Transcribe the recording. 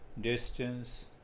distance